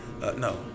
No